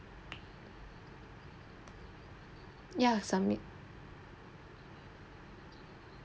ya submit